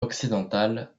occidental